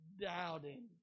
doubting